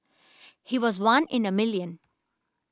he was one in a million